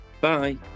Bye